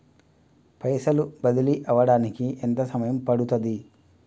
పైసలు బదిలీ అవడానికి ఎంత సమయం పడుతది?